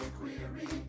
query